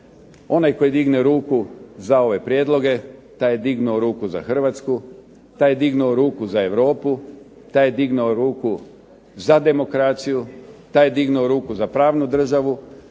Onaj koji digne ruku za ove prijedloge taj je dignuo ruku za Hrvatsku, taj je dignuo ruku za Europu, taj je dignuo ruku za demokraciju, taj je dignuo ruku za pravnu državu,